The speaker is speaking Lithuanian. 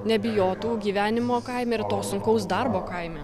nebijotų gyvenimo kaime ir to sunkaus darbo kaime